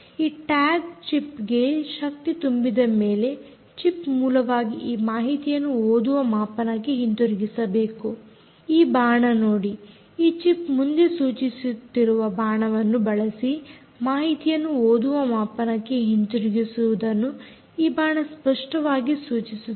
ಈ tag chip ಗೆ ಶಕ್ತಿ ತುಂಬಿದ ಮೇಲೆ ಚಿಪ್ ಮೂಲವಾಗಿ ಈ ಮಾಹಿತಿಯನ್ನು ಓದುವ ಮಾಪನಕ್ಕೆ ಹಿಂದಿರುಗಿಸಬೇಕು ಈ ಬಾಣ ನೋಡಿ ಈ ಚಿಪ್ ಮುಂದೆ ಸೂಚಿಸುತ್ತಿರುವ ಬಾಣವನ್ನು ಬಳಸಿ ಮಾಹಿತಿಯನ್ನು ಓದುವ ಮಾಪನಕ್ಕೆ ಹಿಂದಿರುಗಿಸುವುದನ್ನು ಈ ಬಾಣ ಸ್ಪಷ್ಟವಾಗಿ ಸೂಚಿಸುತ್ತದೆ